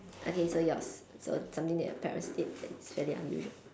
okay so yours so something that your parents said that was fairly unusual